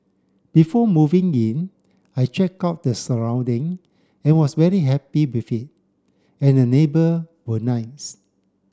before moving in I checked out the surrounding and was very happy with it and the neighbour were nice